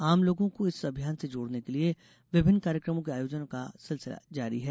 आम लोगों को इस अभियान से जोड़ने के लिए विभिन्न कार्यकमों के आयोजन का सिलसिला जारी है